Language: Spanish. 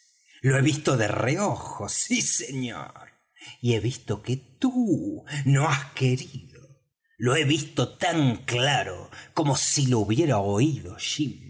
lo he visto de reojo sí señor y he visto que tú no has querido lo he visto tan claro como si lo hubiera oído jim